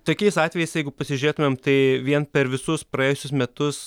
tokiais atvejais jeigu pasižiūrėtumėm tai vien per visus praėjusius metus